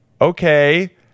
Okay